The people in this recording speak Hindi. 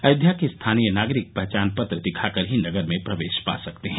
अयोध्या के स्थानीय नागरिक पहचान पत्र दिखा कर ही नगर में प्रवेश पा सकते हैं